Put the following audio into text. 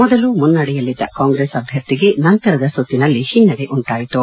ಮೊದಲು ಮುನ್ನಡೆಯಲ್ಲಿದ್ದ ಕಾಂಗ್ರೆಸ್ ಅಭ್ಯರ್ಥಿಗೆ ನಂತರದ ಸುತ್ತಿನಲ್ಲಿ ಹಿನ್ನಡೆ ಉಂಟಾಯಿತು